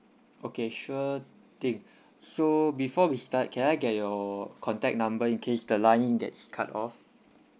okay sure thing so before we start can I get your contact number in case the line in that is cut off